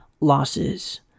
Losses